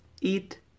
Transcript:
eat